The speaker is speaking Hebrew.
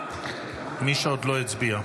מי שעוד לא הצביע.